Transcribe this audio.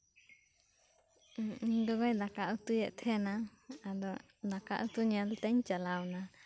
ᱤᱧ ᱜᱚᱜᱚᱭ ᱫᱟᱠᱟ ᱩᱛᱩᱭᱮᱫ ᱛᱟᱦᱮᱸᱫᱼᱟ ᱟᱫᱚ ᱫᱟᱠᱟ ᱩᱛᱩ ᱧᱮᱞ ᱛᱤᱧ ᱪᱟᱞᱟᱣᱮᱱᱟ